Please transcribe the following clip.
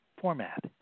format